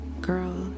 Girl